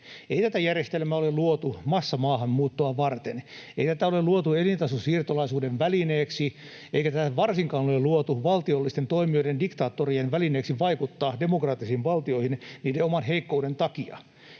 Ei tätä järjestelmää ole luotu massamaahanmuuttoa varten, ei tätä ole luotu elintasosiirtolaisuuden välineeksi, eikä tätä varsinkaan ole luotu valtiollisten toimijoiden, diktaattorien, välineeksi vaikuttaa demokraattisiin valtioihin niiden oman heikkouden takia.